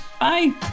Bye